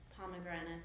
Pomegranate